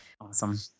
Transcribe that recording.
Awesome